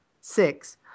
six